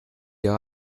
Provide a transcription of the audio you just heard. ihre